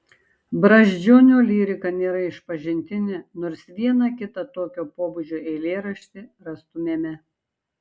brazdžionio lyrika nėra išpažintinė nors vieną kitą tokio pobūdžio eilėraštį rastumėme